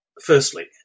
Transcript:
Firstly